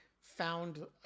found